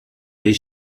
les